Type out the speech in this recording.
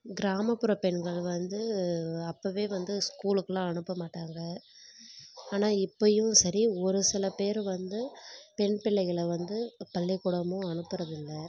கிராமப்புற பெண்கள் வந்து அப்பவே வந்து ஸ்கூலுக்கெல்லாம் அனுப்ப மாட்டங்க ஆனால் இப்பயும் சரி ஒரு சிலப் பேர் வந்து பெண் பிள்ளைகளை வந்து பள்ளிக்கூடமும் அனுப்புகிறதில்ல